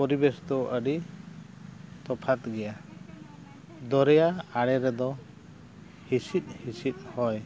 ᱯᱚᱨᱤᱵᱮᱥ ᱫᱚ ᱟᱹᱰᱤ ᱛᱚᱯᱷᱟᱛ ᱜᱮᱭᱟ ᱫᱚᱨᱭᱟ ᱟᱲᱮ ᱨᱮᱫᱚ ᱦᱤᱸᱥᱤᱫ ᱦᱤᱸᱥᱤᱫ ᱦᱚᱭ